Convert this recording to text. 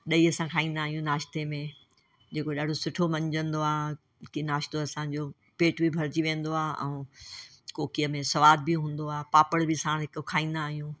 ॾहीअ सां खाईंदा आहियूं नाश्ते में जेको ॾाढो सुठो मंझदो आहे कि नाश्तो असांजो पेट बि भरजी वेंदो आहे कोकीअ में सवाद बि हूंदो आहे पापड़ बि साण हिक खाईंदा आहियूं